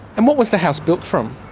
and what was the house built from,